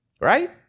right